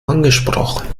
angesprochen